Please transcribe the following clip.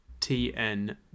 TN